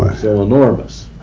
so enormous